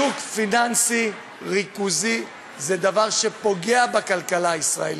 שוק פיננסי ריכוזי זה דבר שפוגע בכלכלה הישראלית.